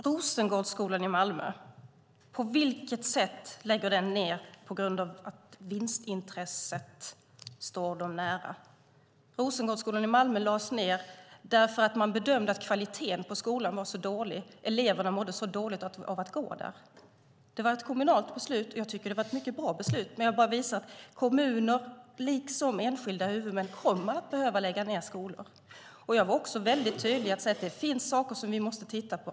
Fru talman! På vilket sätt lades Rosengårdsskolan i Malmö ned på grund av vinstintresse? Rosengårdsskolan i Malmö lades ned därför att man bedömde att kvaliteten på skolan var dålig och att eleverna mådde dåligt av att gå där. Det var ett kommunalt beslut. Jag tycker att det var mycket bra; jag vill bara visa att kommuner, liksom enskilda huvudmän, kommer att behöva lägga ned skolor. Jag var tydlig med att det absolut finns saker som vi måste titta på.